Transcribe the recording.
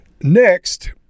Next